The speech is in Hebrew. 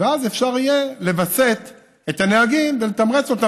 ואז אפשר יהיה לווסת את הנהגים ולתמרץ אותם